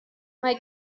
mae